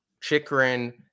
Chikrin